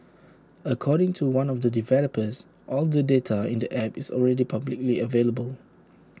according to one of the developers all the data in the app is already publicly available